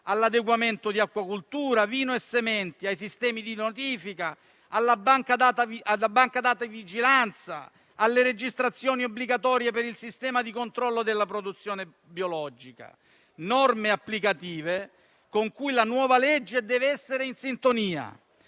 all'adeguamento di acquacoltura, vino e sementi, ai sistemi di notifica, alla banca dati vigilanza, alle registrazioni obbligatorie per il sistema di controllo della produzione biologica. Tali norme applicative, con cui la nuova legge deve essere in sintonia,